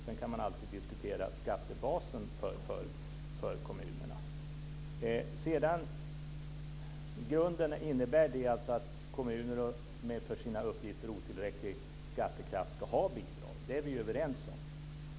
Sedan kan man alltid diskutera skattebasen för kommunerna. I grunden innebär detta att kommuner med för sina uppgifter otillräcklig skattekraft ska ha bidrag. Det är vi överens om.